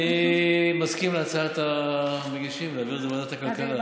אני מסכים להצעת המגישים להעביר את זה לוועדת הכלכלה.